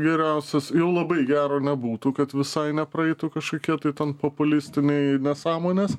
geriausias jau labai gero nebūtų kad visai nepraeitų kažkokie tai ten populistiniai nesąmonės